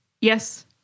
Yes